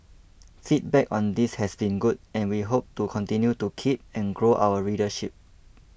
feedback on this has been good and we hope to continue to keep and grow our readership